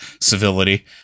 civility